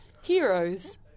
Heroes